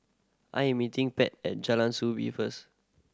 I'm meeting Pat at Jalan Soo Bee first